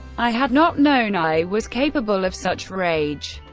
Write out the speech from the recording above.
i had not known i was capable of such rage.